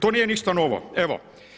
To nije ništa novo, evo.